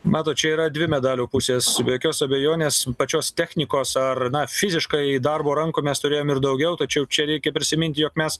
matot čia yra dvi medalio pusės be jokios abejonės pačios technikos ar na fiziškai darbo rankų mes turėjom ir daugiau tačiau čia reikia prisiminti jog mes